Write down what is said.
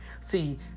See